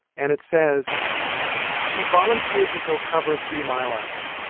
and it says she volunteered to go cover three mile island.